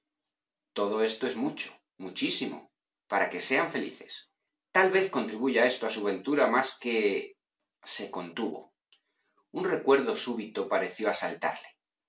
todo esto es mucho muchísimo para que sean felices tal vez contribuya esto a su ventura más que se contuvo un recuerdo súbito pareció asaltarle